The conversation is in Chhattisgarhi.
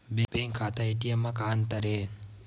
बैंक खाता ए.टी.एम मा का अंतर हे?